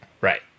right